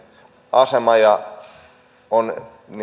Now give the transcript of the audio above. asema on